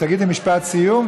תגידי משפט סיום,